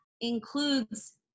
includes